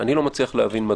בוועדת שרים לקורונה.